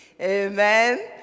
Amen